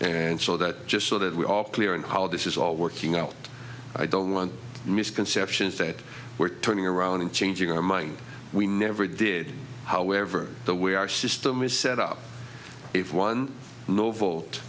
and so that just so that we are clear and how this is all working out i don't want misconceptions that we're turning around and changing our mind we never did however the way our system is set up if one no